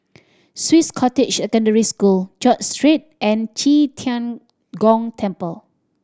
Swiss Cottage Secondary School George Street and Qi Tian Gong Temple